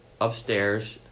upstairs